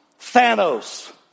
Thanos